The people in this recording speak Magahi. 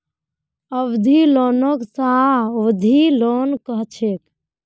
अवधि लोनक सावधि लोन कह छेक